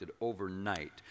overnight